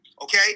Okay